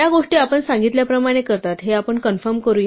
या गोष्टी आपण सांगितल्याप्रमाणे करतात हे आपण कन्फर्म करूया